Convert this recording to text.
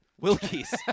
Wilkie's